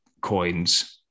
coins